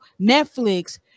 Netflix